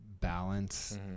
balance